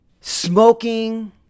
smoking